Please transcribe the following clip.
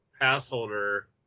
pass-holder